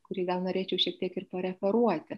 kurį gal norėčiau šiek tiek ir pareferuoti